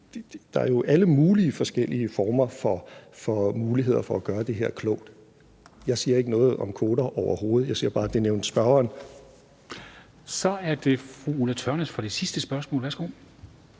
der er jo alle mulige forskellige former for muligheder for at gøre det her klogt. Jeg siger ikke noget om kvoter overhovedet, jeg siger bare, at det nævnte medspørgeren. Kl. 13:57 Formanden (Henrik Dam Kristensen): Så